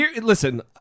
Listen